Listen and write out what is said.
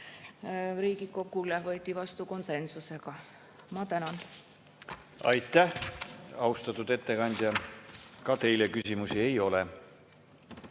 ettepanekut võeti vastu konsensusega. Ma tänan! Aitäh, austatud ettekandja! Ka teile küsimusi ei ole.